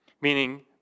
meaning